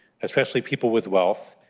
especially people with wealth,